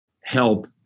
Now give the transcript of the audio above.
help